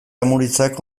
amurizak